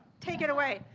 take it away.